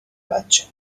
بچم